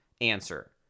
Answer